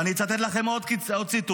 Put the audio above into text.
ואני אצטט לכם עוד ציטוט